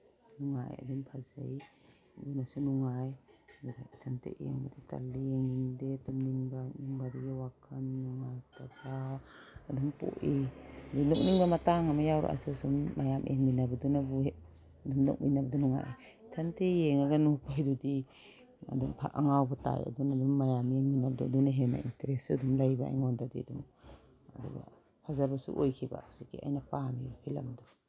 ꯅꯨꯡꯉꯥꯏ ꯑꯗꯨꯝ ꯐꯖꯩ ꯑꯗꯨꯅꯁꯨ ꯅꯨꯡꯉꯥꯏ ꯑꯗꯨꯒ ꯏꯊꯟꯇ ꯌꯦꯡꯕꯗꯤ ꯇꯜꯂꯤ ꯌꯦꯡꯅꯤꯡꯗꯦ ꯇꯨꯝꯅꯤꯡꯕ ꯑꯗꯒꯤ ꯋꯥꯈꯟ ꯅꯨꯡꯉꯥꯏꯇꯕ ꯑꯗꯨꯝ ꯄꯣꯛꯏ ꯑꯗꯒꯤ ꯅꯣꯛꯅꯤꯡꯕ ꯃꯇꯥꯡ ꯑꯃ ꯌꯥꯎꯔꯛꯑꯁꯨ ꯁꯨꯝ ꯃꯌꯥꯝ ꯌꯦꯡꯃꯤꯟꯅꯕꯗꯨꯅꯕꯨ ꯍꯦꯛ ꯅꯣꯛꯃꯤꯟꯅꯕꯗꯨ ꯅꯨꯡꯉꯥꯏ ꯏꯊꯟꯇ ꯌꯦꯡꯉꯒ ꯅꯣꯛꯄ ꯍꯥꯏꯗꯨꯗꯤ ꯑꯗꯨꯝ ꯑꯉꯥꯎꯕ ꯇꯥꯏ ꯑꯗꯨꯅ ꯑꯗꯨꯝ ꯃꯌꯥꯝ ꯌꯦꯡꯃꯤꯟꯅꯕꯗꯣ ꯑꯗꯨꯅ ꯍꯦꯟꯅ ꯏꯟꯇꯔꯦꯁꯁꯨ ꯑꯗꯨꯝ ꯂꯩꯕ ꯑꯩꯉꯣꯟꯗꯗꯤ ꯑꯗꯨ ꯑꯗꯨꯒ ꯐꯖꯕꯁꯨ ꯑꯣꯏꯈꯤꯕ ꯍꯧꯖꯤꯛꯀꯤ ꯑꯩꯅ ꯄꯥꯝꯃꯤꯕ ꯐꯤꯂꯝꯗꯨ